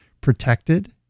protected